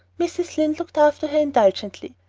mrs. lynde looked after her indulgently.